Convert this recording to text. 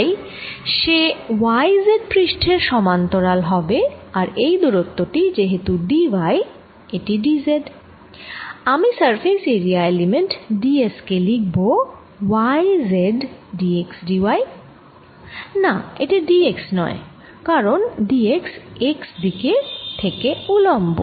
তাই সে y z পৃষ্ঠের সমান্তরাল হবে আর এই দুরত্বটি যেহেতু d yএটি d z আমি surface area element d s কে লিখব y z d x d yনা এটি d x নয় কারণ d x xদিকের থেকে উলম্ব